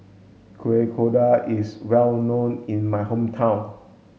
Kuih Kodok is well known in my hometown